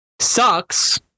Sucks